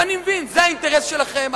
ואני מבין שזה האינטרס שלכם.